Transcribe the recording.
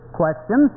question